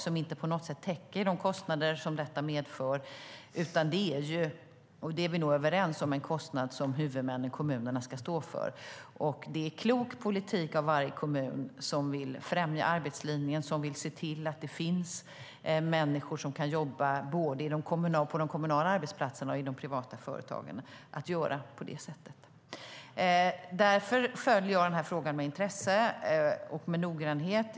De täcker inte på något sätt de kostnader som detta medför, för det här är, och det är vi nog överens om, en kostnad som huvudmännen, alltså kommunerna, ska stå för. Det är klok politik av varje kommun som vill främja arbetslinjen och se till att människor kan jobba både på de kommunala arbetsplatserna och i de privata företagen att göra på det här sättet. Därför följer jag den här frågan med intresse och med noggrannhet.